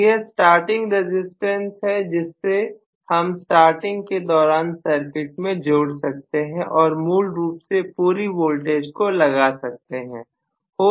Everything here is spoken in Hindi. तो यह स्टार्टिंग रजिस्टेंस है जिससे हम स्टार्टिंग के दौरान सर्किट में जोड़ सकते हैं और मूल रूप से पूरी वोल्टेज को लगा सकते हैं